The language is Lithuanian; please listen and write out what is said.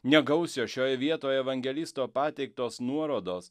negausios šioje vietoje evangelisto pateiktos nuorodos